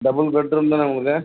double bedroom தான உங்களுக்கு